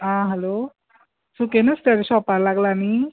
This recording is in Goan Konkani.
आं हॅलो सुके नुस्त्याच्या शॉपार लागला न्हय